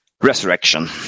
resurrection